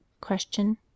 Question